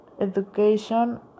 education